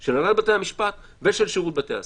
של הנהלת בתי המשפט ושל שירות בתי הסוהר.